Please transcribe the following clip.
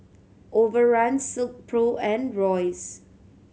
Overrun Silkpro and Royce